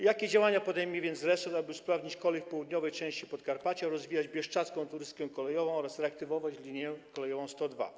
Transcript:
Jakie działania podejmie więc resort, aby usprawnić kolej w południowej części Podkarpacia, rozwijać bieszczadzką turystykę kolejową oraz reaktywować linię kolejową nr 102?